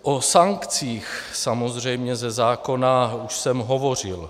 O sankcích samozřejmě ze zákona už jsem hovořil.